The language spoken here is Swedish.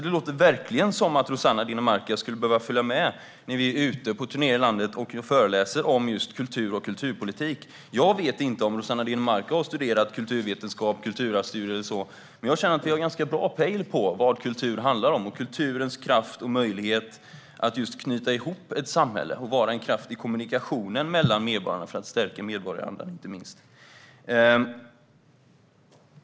Det låter verkligen som att Rossana Dinamarca skulle behöva följa med när vi är ute på turné i landet och föreläser om just kultur och kulturpolitik. Jag vet inte om Rossana Dinamarca har studerat kulturvetenskap, kulturarv eller så. Jag känner att vi har ganska bra pejl på vad kultur handlar om och på kulturens kraft och möjlighet att knyta ihop ett samhälle och vara en kraft i kommunikationen mellan medborgarna, inte minst för att stärka medborgarandan.